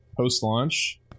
post-launch